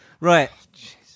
Right